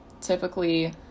typically